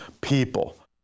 people